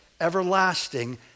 everlasting